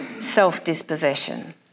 self-dispossession